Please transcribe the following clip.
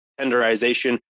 tenderization